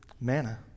Manna